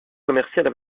commerciales